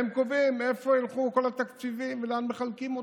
והם קובעים לאיפה ילכו כל התקציבים ולאן מחלקים אותם.